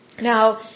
Now